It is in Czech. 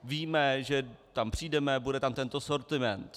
Víme, že tam přijdeme, bude tam tento sortiment.